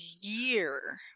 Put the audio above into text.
year